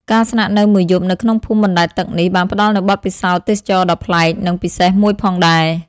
ការស្នាក់នៅមួយយប់នៅក្នុងភូមិបណ្ដែតទឹកនេះ បានផ្ដល់នូវបទពិសោធន៍ទេសចរណ៍ដ៏ប្លែក និងពិសេសមួយផងដែរ។